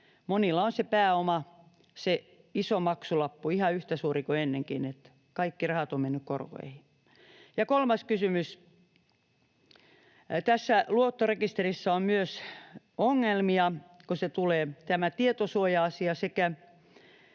pääoma, se iso maksulappu, ihan yhtä suuri kuin ennenkin, kun kaikki rahat ovat menneet korkoihin. Ja kolmas kysymys: Tässä luottorekisterissä on myös ongelmia, kun tulee tämä tietosuoja-asia ja